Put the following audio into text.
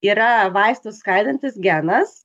yra vaistus skaidantis genas